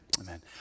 amen